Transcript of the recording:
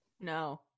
No